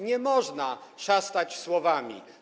Nie można szastać słowami.